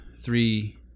three